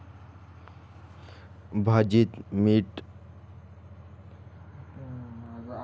भाजीत चिंच टाकल्याने चव वाढते